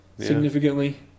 significantly